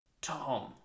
Tom